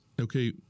okay